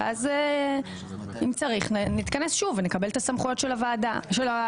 אם צריך נתכנס שוב ונקבל את הסמכויות של העמותה.